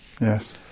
yes